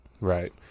right